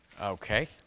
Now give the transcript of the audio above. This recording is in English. Okay